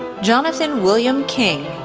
jonathan william king,